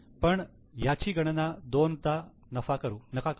पण याची गणना दोनदा नका करू